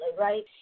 right